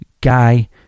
Guy